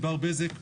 ענבר בזק.